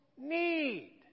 need